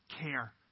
care